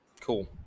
Cool